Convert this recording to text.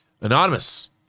anonymous